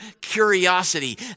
curiosity